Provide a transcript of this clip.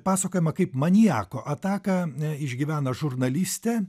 pasakojama kaip maniako ataką išgyvena žurnalistė